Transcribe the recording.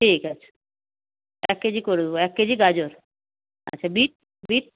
ঠিক আছে এক কেজি করে দেব এক কেজি গাজর আচ্ছা বিট বিট